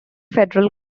federal